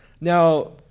Now